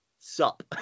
sup